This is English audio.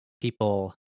people